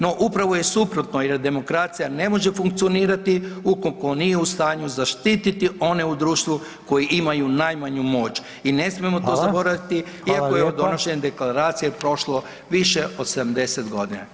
No, upravo je suprotno jer demokracija ne može funkcionirati ukolko nije u stanju zaštiti one u društvu koji imaju najmanju moć [[Upadica: Hvala.]] i ne smije to zaboraviti iako je od donošenja [[Upadica: Hvala lijepa.]] deklaracije prošlo više od 70 godina.